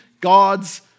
God's